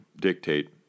dictate